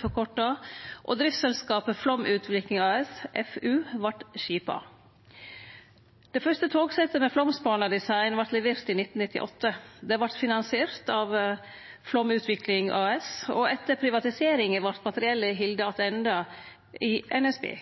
forkorta ARU, og driftsselskapet Flåm Utvikling AS, FU, vart skipa. Det fyrste togsettet med Flåmsbana-design vart levert i 1998. Det vart finansiert av Flåm Utvikling AS, og etter privatiseringa vart materiellet halde attende i NSB.